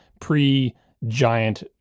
pre-giant